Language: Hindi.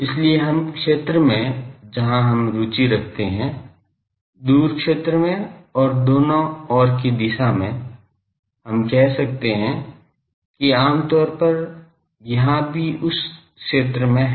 इसलिए इस क्षेत्र में जहां हम रुचि रखते हैं दूर क्षेत्र में और दोनों ओर की दिशा में हम कह सकते हैं कि आम तौर पर यहाँ भी उस क्षेत्र में है